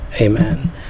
Amen